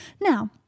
Now